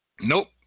nope